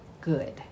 good